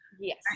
Yes